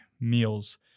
meals